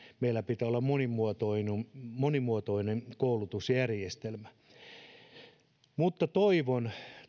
meillä pitää olla monimuotoinen monimuotoinen koulutusjärjestelmä toivon